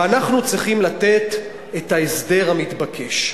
אנחנו צריכים לתת את ההסדר המתבקש.